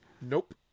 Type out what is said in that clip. Nope